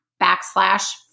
backslash